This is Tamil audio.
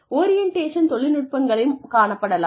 ஓரியன்டேஷன் தொழில்நுட்பங்களும் காணப்படலாம்